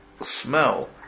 smell